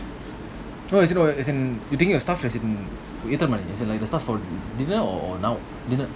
well as in no as in you taking your stuff as in மாதிரி:madhiri as in the stuff for dinner or or now dinner